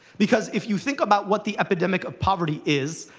because, if you think about what the epidemic of poverty is,